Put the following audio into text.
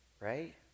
Right